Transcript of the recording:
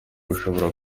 bushobora